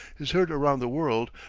is heard around the world,